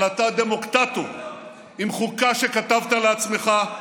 אבל אתה דמוקטטור, עם חוקה שכתבת לעצמך,